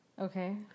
Okay